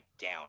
down